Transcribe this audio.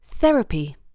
Therapy